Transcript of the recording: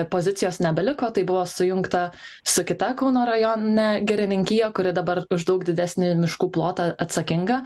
pozicijos nebeliko tai buvo sujungta su kita kauno rajone girininkija kuri dabar už daug didesnį miškų plotą atsakinga